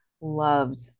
loved